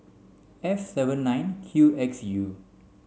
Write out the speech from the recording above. F seven nine Q X U